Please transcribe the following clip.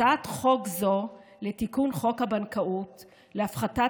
הצעת חוק זו לתיקון חוק הבנקאות להפחתת